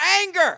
anger